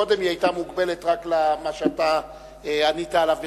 קודם היא היתה מוגבלת רק למה שאתה ענית עליו בכתב,